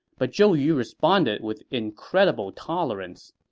but zhou yu responded with incredible tolerance.